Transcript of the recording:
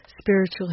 spiritual